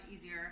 easier